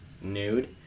nude